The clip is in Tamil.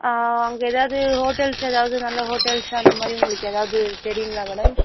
அங்கே எதாவது ஹோட்டல்ஸ் எதாவது நல்ல ஹோட்டல்ஸ் அந்த மாதிரி உங்களுக்கு எதாவது தெரியுங்களா மேடம்